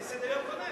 אבל יש סדר-יום קודם.